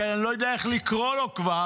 שאני לא יודע איך לקרוא לו כבר,